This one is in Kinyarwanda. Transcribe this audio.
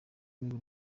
rwego